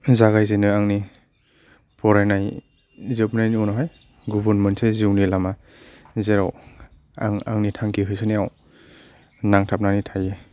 जागायजेनो आंनि फरायनाय जोबनायनि उनावहाय गुबुन मोनसे जिउनि लामा जेराव आं आंनि थांखि होसोनायाव नांथाबनानै थायो